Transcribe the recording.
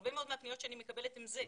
הרבה מאוד מהפניות שאני מקבלת הן זה.